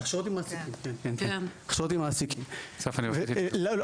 הכשרות עם מעסיקים, כן.